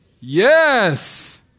Yes